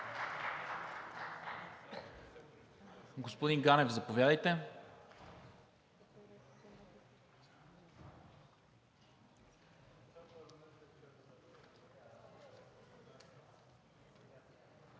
Господин Ганев, заповядайте.